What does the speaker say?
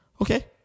okay